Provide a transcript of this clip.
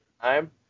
time